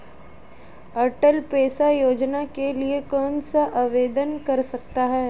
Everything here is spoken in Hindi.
अटल पेंशन योजना के लिए कौन आवेदन कर सकता है?